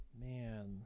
Man